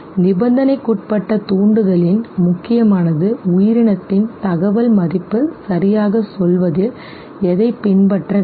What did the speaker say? நிபந்தனைக்குட்பட்ட தூண்டுதலின் முக்கியமானது உயிரினத்தின் தகவல் மதிப்பு சரியாகச் சொல்வதில் எதைப் பின்பற்ற வேண்டும்